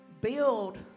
build